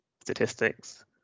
statistics